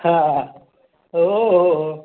हां हां हां हो हो हो